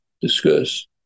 discuss